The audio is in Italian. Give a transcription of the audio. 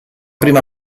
prima